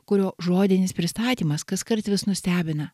kurio žodinis pristatymas kaskart vis nustebina